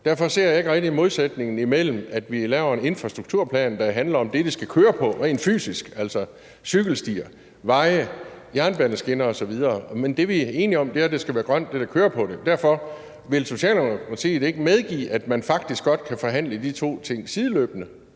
Derfor ser jeg ikke rigtig modsætningen imellem, at vi laver en infrastrukturplan, der handler om det, der skal køres på rent fysisk, altså cykelstier, veje, jernbaneskinner osv., og at det, vi er enige om, er, at det, der kører på det, skal være grønt. Så derfor vil jeg spørge: Vil Socialdemokratiet ikke medgive, at man faktisk godt kan forhandle de to ting sideløbende